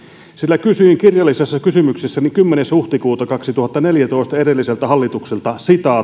sillä kysyin kirjallisessa kysymyksessäni kymmenes huhtikuuta kaksituhattaneljätoista edelliseltä hallitukselta